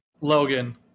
Logan